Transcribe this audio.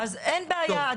אז, אין בעיה.